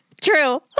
True